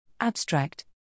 Abstract